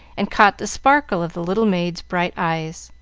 and caught the sparkle of the little maid's bright eyes.